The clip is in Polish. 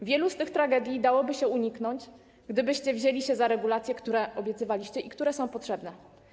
Wielu z tych tragedii dałoby się uniknąć, gdybyście wzięli się za regulacje, które obiecywaliście i które są potrzebne.